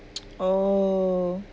oh